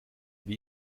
wie